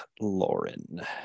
Lauren